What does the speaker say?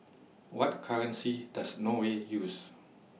What currency Does Norway use